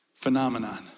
phenomenon